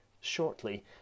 shortly